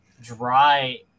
dry